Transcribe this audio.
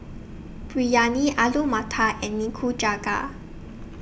Biryani Alu Matar and Nikujaga